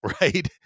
right